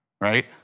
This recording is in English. Right